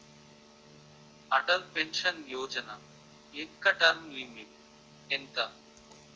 Atal pension Yojana యెక్క term limit ఎంత?